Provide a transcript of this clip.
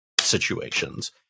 situations